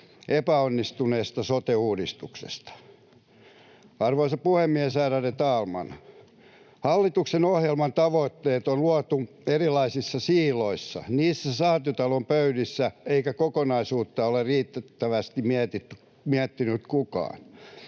epäonnistuneesta sote-uudistuksesta. Arvoisa puhemies, ärade talman! Hallitusohjelman tavoitteet on luotu erilaisissa siiloissa, niissä Säätytalon pöydissä, eikä kokonaisuutta ole riittävästi miettinyt kukaan.